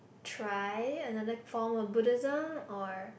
try another form of Buddhism or